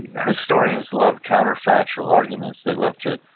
historians love counterfactual arguments. they love to,